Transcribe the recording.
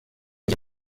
iki